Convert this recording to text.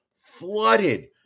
flooded